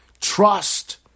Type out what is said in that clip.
trust